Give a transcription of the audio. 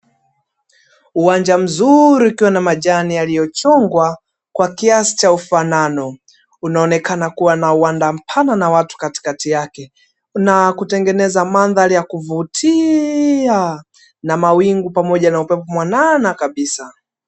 Uwanja mzuri ukiwa na majani yaliyochongwa kwa kiasi cha ufanano. Unaonekana kuwa na uwanda mpana na watu katikati yake. Na kutengeneza mandhari ya kuvutia na mawingu pamoja na upepo mwanana kabisa.